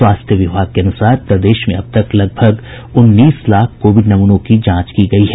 स्वास्थ्य विभाग के अनुसार प्रदेश में अब तक लगभग उन्नीस लाख कोविड नमूनों की जांच की गयी है